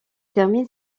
termine